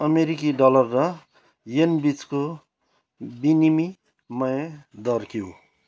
अमेरिकी डलर र येनबिचको विनिमय दर के हो